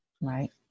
Right